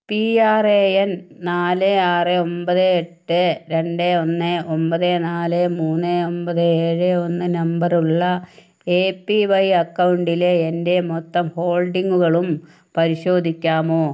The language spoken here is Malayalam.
പി ആർ എ എൻ നാല് ആറ് ഒൻപത് എട്ട് രണ്ട് ഒന്ന് ഒൻപത് നാല് മൂന്ന് ഒൻപത് ഏഴ് ഒന്ന് നമ്പറുള്ള എ പി വൈ അക്കൌണ്ടിലെ എന്റെ മൊത്തം ഹോൾഡിംഗുകളും പരിശോധിക്കാമോ